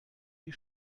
die